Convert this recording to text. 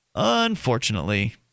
unfortunately